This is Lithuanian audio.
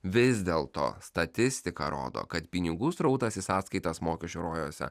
vis dėlto statistika rodo kad pinigų srautas į sąskaitas mokesčių rojuose